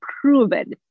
proven